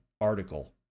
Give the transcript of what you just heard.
article